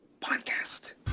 Podcast